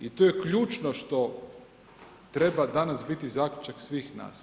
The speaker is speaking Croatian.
I tu je ključno što treba danas biti zaključak svih nas.